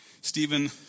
Stephen